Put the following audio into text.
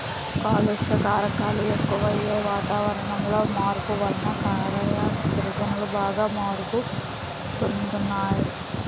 కాలుష్య కారకాలు ఎక్కువయ్యి, వాతావరణంలో మార్పు వలన కాయలు గింజలు బాగా మురుగు పోతున్నాయి